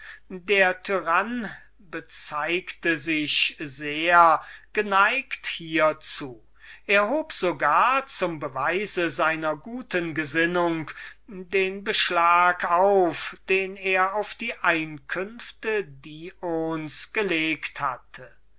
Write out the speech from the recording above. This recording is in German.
der tyrann bezeugte sich sehr geneigt hierzu und hob zum beweis seiner guten gesinnung den beschlag auf den er auf die einkünfte dions gelegt hatte